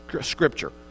Scripture